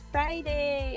Friday